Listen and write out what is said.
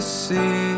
see